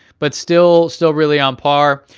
but still still really on par.